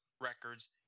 records